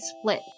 split